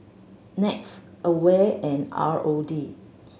NETS AWARE and R O D